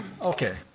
Okay